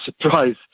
surprise